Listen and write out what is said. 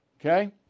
okay